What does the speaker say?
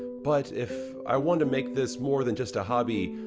but if i want to make this more than just a hobby,